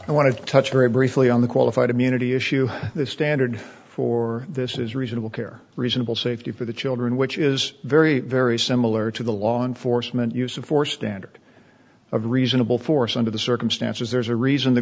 i want to touch very briefly on the qualified immunity issue the standard for this is reasonable care reasonable safety for the children which is very very similar to the law enforcement use of force standard of reasonable force under the circumstances there's a reason t